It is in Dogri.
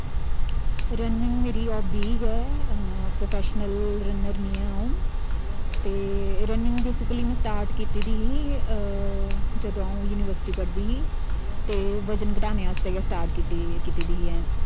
रनिंग मेरी हाबी गै प्रोफेशनल रनर निं ऐ अ'ऊं ते रनिंग बेसीकली में स्टार्ट कीती दी ही जदूं अ'ऊं यूनिवर्सिटी पढ़दी ही ते वजन घटाने आस्तै गै स्टार्ट कीती दी कीती दी ही